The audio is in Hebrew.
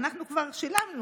אנחנו כבר שילמנו,